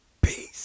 peace